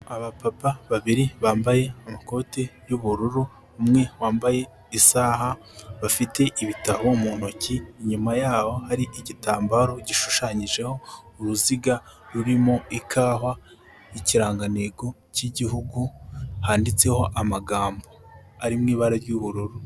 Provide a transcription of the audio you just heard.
Abapapa babiri bambaye amakoti y'ubururu, umwe wambaye isaha, bafite ibitabo mu ntoki, inyuma yabo hari igitambaro gishushanyijeho uruziga rurimo ikawa, ikirangantego cy'igihugu, handitseho amagambo ari mu ibara ry'ubururu.